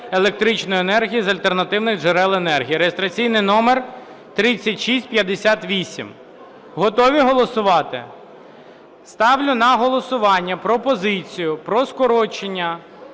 електричної енергії з альтернативних джерел енергії (реєстраційний номер 3658). Готові голосувати? Ставлю на голосування пропозицію про скорочення